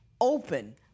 open